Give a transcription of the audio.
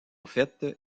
faite